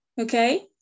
okay